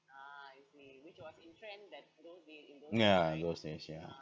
yeah those days yeah